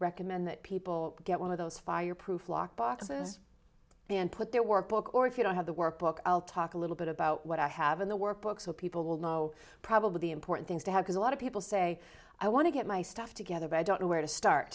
recommend that people get one of those fireproof lock boxes and put that workbook or if you don't have the workbook i'll talk a little bit about what i have in the workbook so people will know probably the important things to have as a lot of people say i want to get my stuff together but i don't know where to start